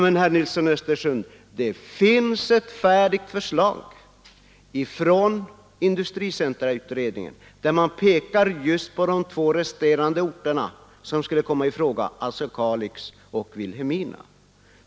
Men, herr Nilsson i Östersund, det finns ett färdigt förslag från industricentrautredningen, där man pekar just på de två resterande orter som skulle få industri, alltså Kalix och Vilhelmina.